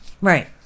Right